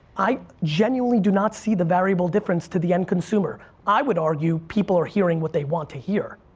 i genuinely do not see the variable difference to the end consumer. i would argue people are hearing what they want to hear.